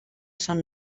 són